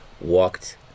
walked